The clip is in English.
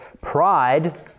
Pride